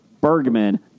Bergman